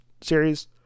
series